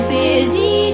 busy